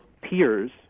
peers